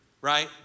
right